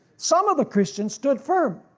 some of the christians stood firm,